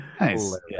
Nice